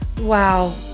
Wow